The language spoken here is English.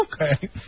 Okay